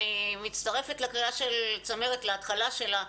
אני מצטרפת לקריאה של צמרת, להתחלה שלה.